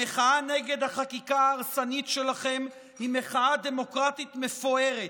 המחאה נגד החקיקה ההרסנית שלכם היא מחאה דמוקרטית מפוארת,